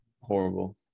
horrible